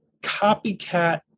copycat